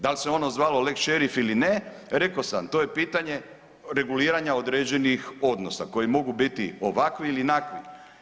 Da li se ono zvalo „lex šerif“ ili ne, rekao sam to je pitanje reguliranje određenih odnosa koji mogu biti ovakvi ili onakvi.